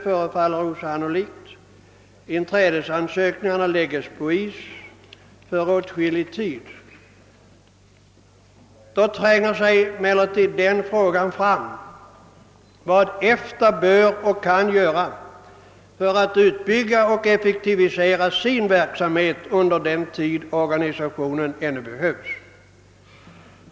Om inträdesansökningarna lägges på is för åtskillig tid — vilket inte förefaller osannolikt — tränger sig emellertid den frågan fram: Vad kan och bör EFTA göra för att utbygga och effektivisera sin verksamhet under den tid organisationen ännu behövs?